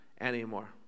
anymore